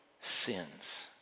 sins